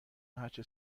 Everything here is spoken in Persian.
هرچه